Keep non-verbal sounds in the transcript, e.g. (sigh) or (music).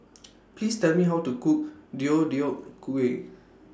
(noise) Please Tell Me How to Cook Deodeok Gui